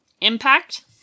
impact